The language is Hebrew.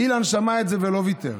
אילן שמע את זה ולא ויתר.